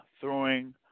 throwing